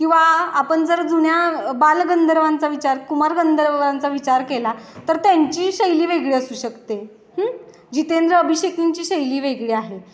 किंवा आपण जर जुन्या बालगंधर्वांचा विचार कुमार गंधर्वांचा विचार केला तर त्यांची शैली वेगळी असू शकते जितेंद्र अभिषेकींची शैली वेगळी आहे